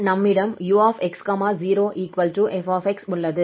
நம்மிடம் 𝑢 𝑥 0 𝑓𝑥 உள்ளது